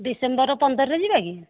December ପନ୍ଦରରେ ଯିବା କି